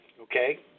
okay